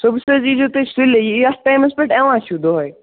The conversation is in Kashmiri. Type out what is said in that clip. صُبحَس حظ ییٖزیو تُہۍ سُلی یہِ یَتھ ٹایمَس پٮ۪ٹھ یِوان چھُ دۄہَے